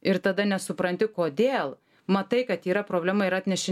ir tada nesupranti kodėl matai kad yra problema ir atneši